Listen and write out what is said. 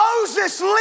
Moses